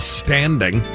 standing